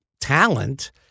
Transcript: talent